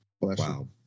wow